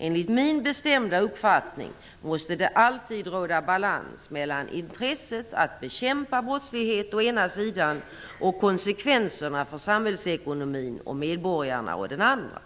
Enligt min bestämda uppfattning måste det alltid råda balans mellan intresset att bekämpa brottslighet å ena sidan och konsekvenserna för samhällsekonomin och medborgarna å den andra.